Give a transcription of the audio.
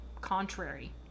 contrary